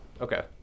Okay